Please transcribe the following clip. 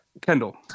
Kendall